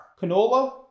canola